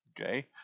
Okay